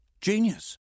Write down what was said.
Genius